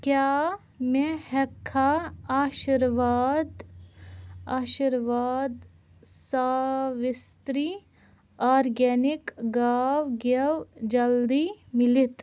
کیٛاہ مےٚ ہیٚکہٕ کھا آشِرواد آشِرواد سواستی آرگینِک گاو گیٚو جلدِی میٖلِتھ